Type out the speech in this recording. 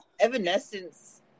Evanescence